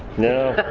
no